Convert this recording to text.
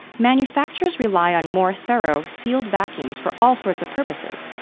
manufacturers rely on more thorough, sealed vacuums for all sorts of purposes.